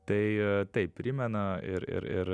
tai taip primena ir ir ir